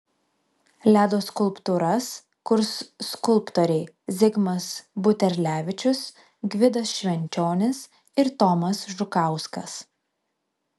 ledo skulptūras kurs skulptoriai zigmas buterlevičius gvidas švenčionis ir tomas žukauskas